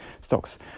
stocks